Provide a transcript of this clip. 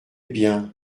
bien